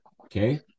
Okay